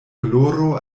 gloro